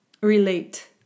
relate